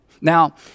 Now